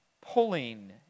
pulling